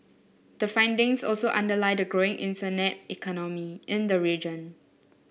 the findings also underlie the growing internet economy in the region